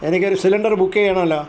എനിക്ക് ഒരു സിലിണ്ടർ ബുക്ക്യ്യണോല്ലോ